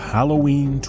Halloween